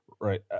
Right